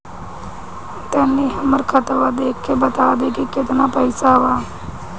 तनी हमर खतबा देख के बता दी की केतना पैसा बा?